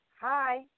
Hi